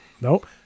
nope